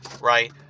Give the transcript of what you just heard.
right